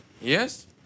Yes